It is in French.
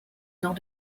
nord